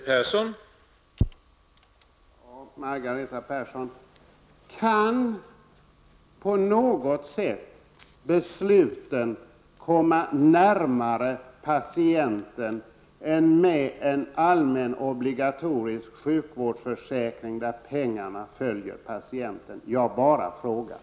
Herr talman! Kan, Margareta Persson, besluten på något sätt komma närmare patienten än vid en allmän obligatorisk sjukvårdsförsäkring, där pengarna följer patienten -- jag bara frågar?